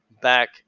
back